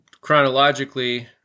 chronologically